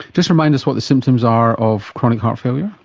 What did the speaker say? just remind us what the symptoms are of chronic heart failure?